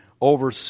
over